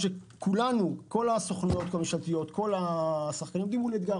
כל הסוכנויות הממשלתיות עומדות מול אתגר